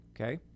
okay